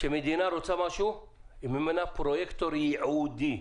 כשמדינה רוצה משהו היא ממנה פרוייקטור ייעודי.